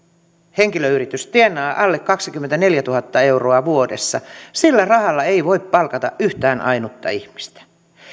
henkilöyritys tienaa alle kaksikymmentäneljätuhatta euroa vuodessa sillä rahalla ei voi palkata yhtään ainutta ihmistä